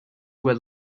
were